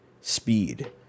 speed